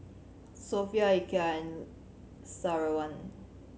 Sofea Eka and Syazwani